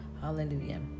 Hallelujah